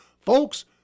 Folks